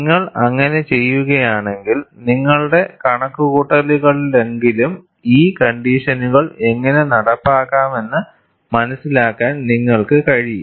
നിങ്ങൾ അങ്ങനെ ചെയ്യുകയാണെങ്കിൽ നിങ്ങളുടെ കണക്കുകൂട്ടലുകളിലെങ്കിലും ഈ കണ്ടീഷനുകൾ എങ്ങനെ നടപ്പാക്കാമെന്ന് മനസിലാക്കാൻ നിങ്ങൾക്ക് കഴിയും